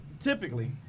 typically